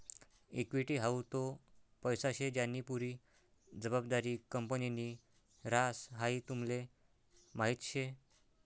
equity हाऊ तो पैसा शे ज्यानी पुरी जबाबदारी कंपनीनि ह्रास, हाई तुमले माहीत शे